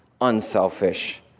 unselfish